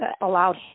allowed